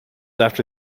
after